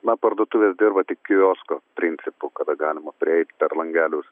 na parduotuvės dirba tik kiosko principu kada galima prieit per langelius